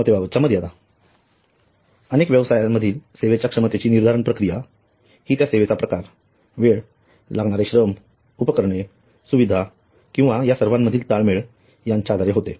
क्षमतेबाबत च्या मर्यादा अनेक व्यवसायामधील सेवेच्या क्षमतेची निर्धारण प्रक्रिया हि त्या सेवेचा प्रकार वेळ लागणारे श्रम उपकरणे सुविधा किंवा या सर्वांमधील ताळमेळ यांच्या आधारे होते